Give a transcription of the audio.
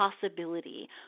possibility